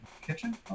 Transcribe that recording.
Kitchen